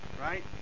right